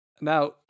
Now